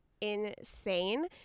insane